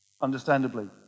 understandably